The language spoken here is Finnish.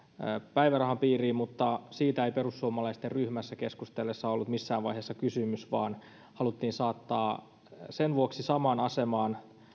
päivärahan piiriin mutta siitä ei perussuomalaisten ryhmässä keskusteltaessa ollut missään vaiheessa kysymys vaan haluttiin saattaa samaan asemaan